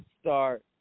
start